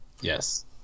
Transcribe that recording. Yes